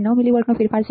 9 મિલીવોલ્ટનો ફેરફાર છે